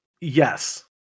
yes